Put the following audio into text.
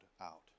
out